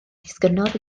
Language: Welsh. disgynnodd